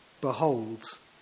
beholds